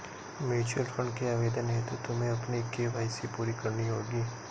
mutual fund के आवेदन हेतु तुम्हें अपनी के.वाई.सी पूरी करनी होगी